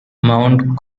mount